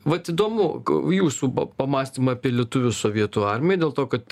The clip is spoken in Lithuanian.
vat įdomu jūsų pamąstymai apie lietuvius sovietų armijoj dėl to kad